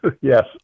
yes